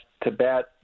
Tibet